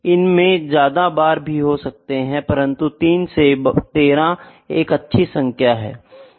इसमें ज्यादा बार भी हो सकते है परन्तु 3 से 13 एक अच्छी सांख्य है